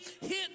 hit